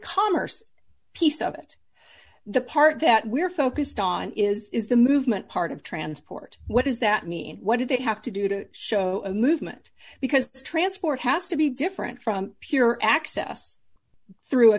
ecommerce piece of it the part that we're focused on is the movement part of transport what does that mean what do they have to do to show a movement because transport has to be different from pure access through a